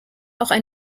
auch